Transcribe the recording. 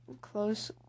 close